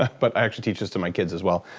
but i actually teach this to my kids, as well,